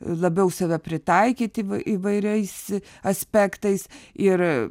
labiau save pritaikyti įva įvairiais aspektais ir